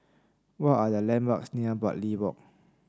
what are the landmarks near Bartley Walk